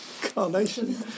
Carnation